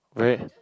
very